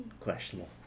Questionable